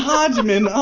Hodgman